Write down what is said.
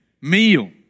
meal